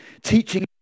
teaching